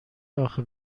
آخه